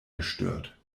gestört